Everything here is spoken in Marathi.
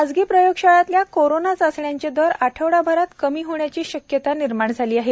खासगी प्रयोगशाळातल्या कोरोना चाचण्यांचे दर आठवडाभरात कमी होण्याची शक्यता निर्माण झाली आहे